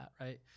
right